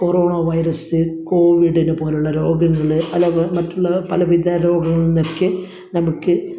corona virus കോവിഡിനെ പോലുള്ള രോഗങ്ങള് അല്ല മറ്റുള്ള പലവിധ രോഗങ്ങളില് നിന്നൊക്കെ നമുക്ക്